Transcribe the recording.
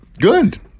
Good